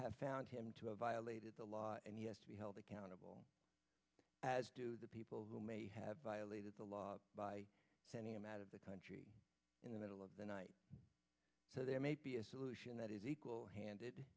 have found him to have violated the law and yes to be held accountable as the people who may have violated the law by sending him out of the country in the middle of the night so there may be a solution that is equal handed